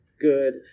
good